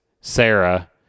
sarah